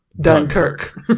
dunkirk